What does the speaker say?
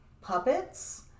puppets